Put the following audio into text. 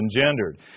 engendered